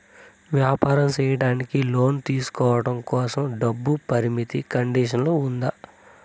వ్యాపారం సేయడానికి లోను తీసుకోవడం కోసం, డబ్బు పరిమితి కండిషన్లు ఉందా?